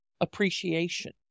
appreciation